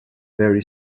very